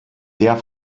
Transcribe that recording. der